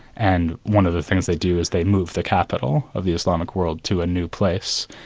and one of the things they do is they move the capital of the islamic world to a new place.